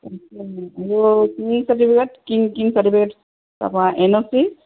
আৰু কিং চাৰ্টিফিকেট কিং কিং চাৰ্টিফিকেট তাৰপৰা এন অ' চি